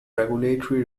regulatory